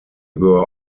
were